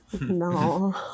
no